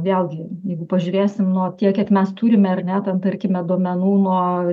vėlgi jeigu pažiūrėsim nuo tiek kiek mes turime ar ne ten tarkime duomenų nuo